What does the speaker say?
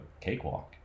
cakewalk